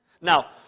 Now